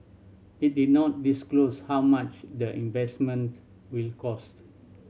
it did not disclose how much the investment will cost